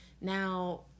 Now